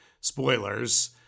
spoilers